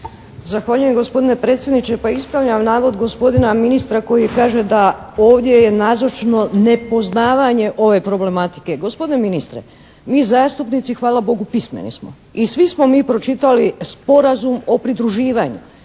Zahvaljujem gospodine predsjedniče. Pa ispravljam navod gospodina ministra koji kaže da ovdje je nazočno nepoznavanje ove problematike. Gospodine ministre, mi zastupnici hvala Bogu pismeni smo i svi smo mi pročitali Sporazum o pridruživanju